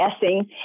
guessing